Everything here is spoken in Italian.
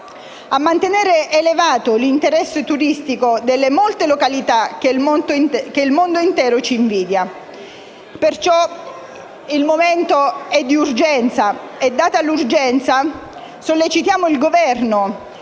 a mantenere elevato l'interesse turistico delle molte località che il mondo intero ci invidia. Il momento è quindi di urgenza, e, data l'urgenza, sollecitiamo il Governo